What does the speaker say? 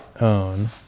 own